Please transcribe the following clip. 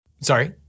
Sorry